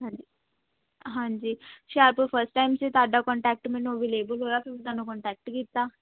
ਹਾਂਜੀ ਹਾਂਜੀ Hoshiarpur first time 'ਚ ਤੁਹਾਡਾ ਕੋਂਟੈਕਟ ਮੈਨੂੰ ਅਵੇਲੇਬਲ ਹੋਇਆ ਫਿਰ ਮੈਂ ਤੁਹਾਨੂੰ ਕੋਂਟੈਕਟ ਕੀਤਾ